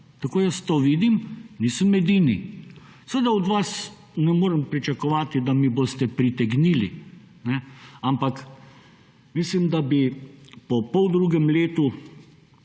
Tako jaz to vidim, nisem edini. Seveda od vas ne morem pričakovati, da mi boste pritegnili, ampak mislim, da bi po poldrugem letu